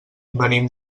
venim